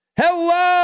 Hello